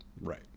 Right